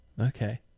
okay